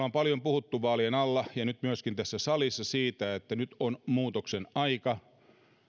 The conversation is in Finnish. on paljon puhuttu vaalien alla ja myöskin nyt tässä salissa siitä että nyt on muutoksen aika